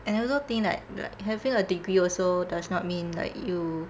and I also think like like having a degree also does not mean like you